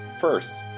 First